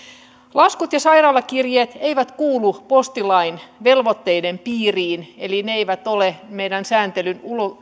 laskut ja sairaalakirjeet eivät kuulu postilain velvoitteiden piiriin eli ne eivät ole meidän sääntelyn